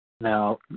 Now